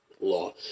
Law